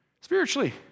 Spiritually